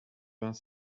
vingt